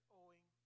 owing